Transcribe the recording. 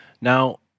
Now